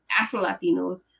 Afro-Latinos